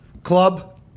Club